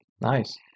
Nice